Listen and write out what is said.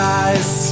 eyes